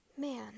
man